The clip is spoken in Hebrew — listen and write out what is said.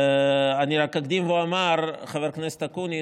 רק אקדים ואומר, חבר הכנסת אקוניס,